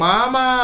Mama